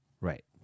Right